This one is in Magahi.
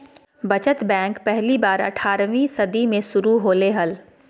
बचत बैंक पहली बार अट्ठारहवीं सदी में शुरू होले हल